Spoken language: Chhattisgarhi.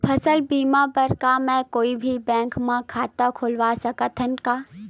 फसल बीमा बर का मैं कोई भी बैंक म खाता खोलवा सकथन का?